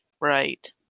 right